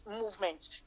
movement